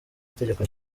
itegeko